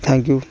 thank you